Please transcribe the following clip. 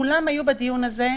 כולם היו בדיון הזה.